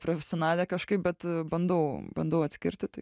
profesionalė kažkaip bet bandau bandau atskirti tai